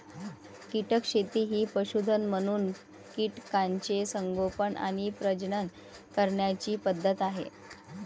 कीटक शेती ही पशुधन म्हणून कीटकांचे संगोपन आणि प्रजनन करण्याची पद्धत आहे